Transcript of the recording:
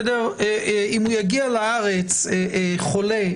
אם הוא יגיע לארץ חולה,